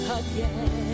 again